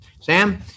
Sam